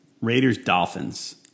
Raiders-Dolphins